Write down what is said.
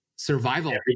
survival